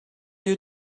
you